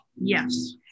Yes